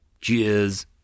Cheers